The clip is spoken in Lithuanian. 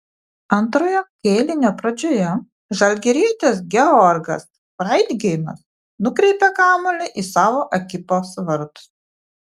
antrojo kėlinio pradžioje žalgirietis georgas freidgeimas nukreipė kamuolį į savo ekipos vartus